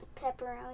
Pepperoni